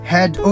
Head